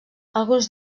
alguns